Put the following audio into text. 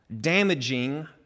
damaging